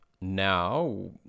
now